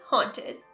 Haunted